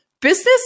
Business